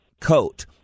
coat